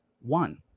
one